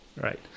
Right